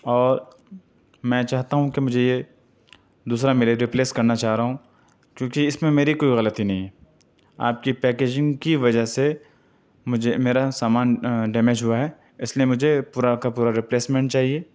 اور میں چاہتا ہوں کہ مجھے یہ دوسرا مِلے ریپلیس کرنا چاہ رہا ہوں چونکہ اِس میں میری کوئی غلطی نہیں ہے آپ کی پیکیجنگ کی وجہ سے مجھے میرا سامان ڈیمیج ہُوا ہے اِس لئے مجھے پورا کا پورا ریپلیسمینٹ چاہیے